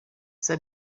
issa